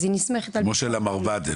אז היא נסמכת על --- כמו שלמרב"ד אין,